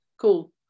cool